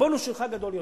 הבונוס שלך גדול יותר.